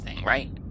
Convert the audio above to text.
Right